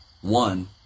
one